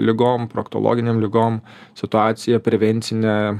ligom proktologinėm ligom situacija prevencinė